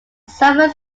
summer